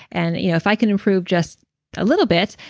and you know if i can improve just a little bit,